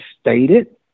stated